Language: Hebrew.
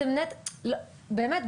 באמת,